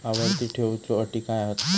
आवर्ती ठेव च्यो अटी काय हत?